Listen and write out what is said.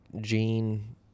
Gene